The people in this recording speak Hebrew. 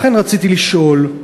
לכן רציתי לשאול: